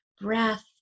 breath